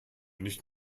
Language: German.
nicht